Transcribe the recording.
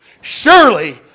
Surely